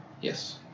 Yes